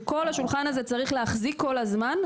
שכל השולחן הזה צריך להחזיק כל הזמן,